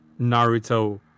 Naruto